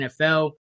NFL